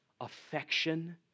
affection